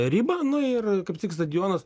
ribą nu ir kaip tik stadionas